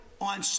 on